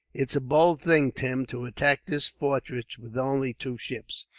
it's a bold thing, tim, to attack this fortress with only two ships,